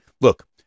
Look